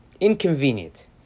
inconvenient